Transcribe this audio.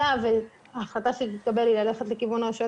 היה וההחלטה שתתקבל היא ללכת לכיוון הרשויות